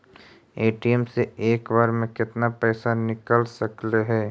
ATM से एक बार मे केतना पैसा निकल सकले हे?